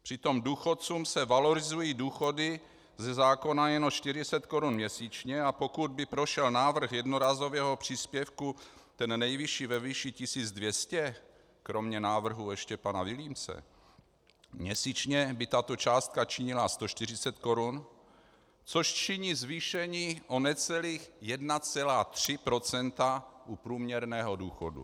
Přitom důchodcům se valorizují ze zákona jen o 40 korun měsíčně, a pokud by prošel návrh jednorázového příspěvku, ten nejvyšší ve výši 1200, kromě návrhu ještě pana Vilímce, měsíčně by tato částka činila 140 korun, což činí zvýšení o necelých 1,3 % u průměrného důchodu.